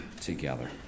together